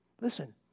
Listen